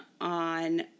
on